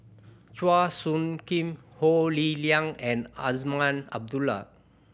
Chua Soo Khim Ho Lee Ling and Azman Abdullah